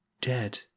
dead